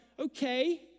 Okay